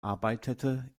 arbeitete